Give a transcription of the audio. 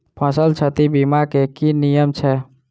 फसल क्षति बीमा केँ की नियम छै?